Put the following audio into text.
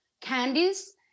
candies